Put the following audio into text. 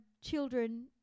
children